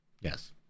Yes